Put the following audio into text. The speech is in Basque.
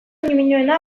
ñimiñoena